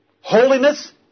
Holiness